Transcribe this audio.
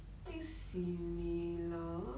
I think similar